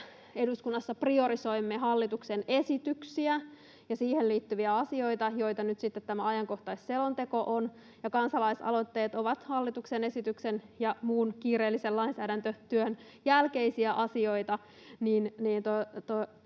eduskunnassa priorisoimme hallituksen esityksiä ja siihen liittyviä asioita, joita nyt sitten tämä ajankohtaisselonteko on, ja kansalaisaloitteet ovat hallituksen esityksen ja muun kiireellisen lainsäädäntötyön jälkeisiä asioita,